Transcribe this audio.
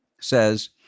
says